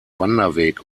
wanderweg